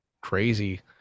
crazy